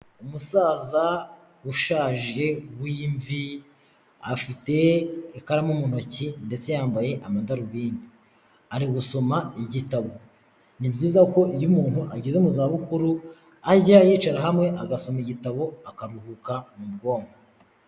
Umusaza ushaje w'mvi afite ikaramu mu ntoki, ndetse yambaye amadarubindi ari gusoma igitabo, ni byiza ko iyo umuntu ageze mu za bukuru ajya yicara hamwe agasoma igitabo akaruhuka mu bwonko.